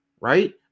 right